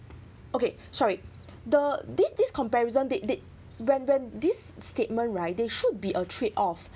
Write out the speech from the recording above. okay sorry the this this comparison they did when when this statement right they should be a trade off